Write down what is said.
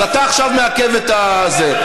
אז אתה עכשיו מעכב את זה.